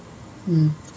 mm